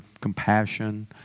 compassion